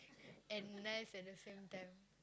and nice at the same time